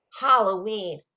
Halloween